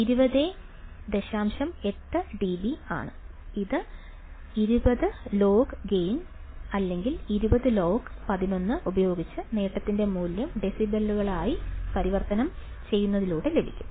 8dB ആണ് ഇത് 20 log gain അല്ലെങ്കിൽ 20 ലോഗ് ഉപയോഗിച്ച് നേട്ടത്തിന്റെ മൂല്യം ഡെസിബെലുകളായി പരിവർത്തനം ചെയ്യുന്നതിലൂടെ ലഭിക്കും